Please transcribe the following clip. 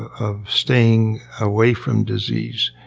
of staying away from disease.